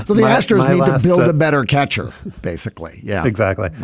the the master the better catcher basically. yeah exactly.